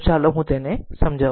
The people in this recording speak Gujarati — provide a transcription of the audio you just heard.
તો ચાલો હું તેને સમજાવું